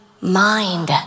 mind